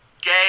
Gay